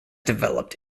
developed